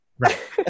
Right